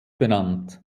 benannt